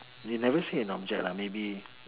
they never say an object lah maybe